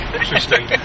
Interesting